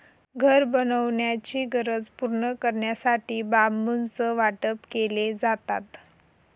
घर बनवण्याची गरज पूर्ण करण्यासाठी बांबूचं वाटप केले जातात